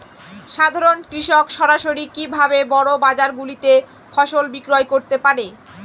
সাধারন কৃষক সরাসরি কি ভাবে বড় বাজার গুলিতে ফসল বিক্রয় করতে পারে?